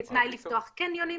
כתנאי לפתוח קניונים,